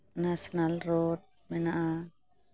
national road ᱢᱮᱱᱟᱜᱼᱟ